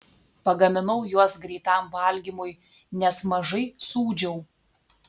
pagaminau juos greitam valgymui nes mažai sūdžiau